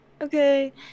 okay